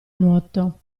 nuoto